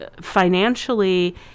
financially